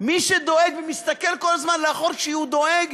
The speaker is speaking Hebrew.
מי שדואג ומסתכל כל הזמן לאחור כי הוא דואג,